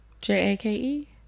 J-A-K-E